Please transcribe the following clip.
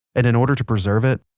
and in order to preserve it,